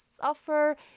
suffer